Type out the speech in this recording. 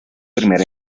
primer